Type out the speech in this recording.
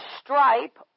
stripe